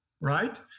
right